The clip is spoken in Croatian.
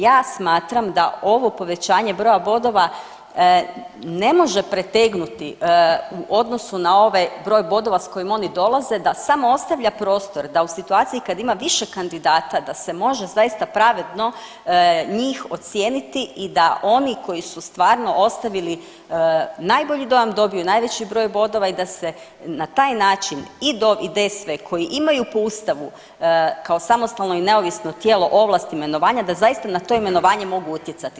Ja smatram da ovo povećanje broja bodova ne može pretegnuti u odnosu na ovaj broj bodova s kojim oni dolaze da samo ostavlja prostor da u situaciji kad ima više kandidata da se može zaista pravedno njih ocijeniti i da oni koji su stvarno ostavili najbolji dojam dobiju najveći broj bodova i da se na taj način i DOV i DSV koji imaju po ustavu kao samostalno i neovisno tijelo ovlasti imenovanja da zaista na to imenovanje mogu utjecati.